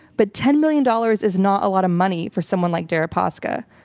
but ten million dollars is not a lot of money for someone like deripaska,